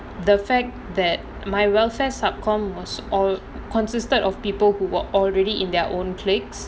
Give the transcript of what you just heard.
the fact that my welfare sub committee was all consisted of people who were already in their own cliques